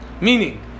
meaning